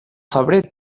febrer